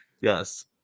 Yes